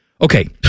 Okay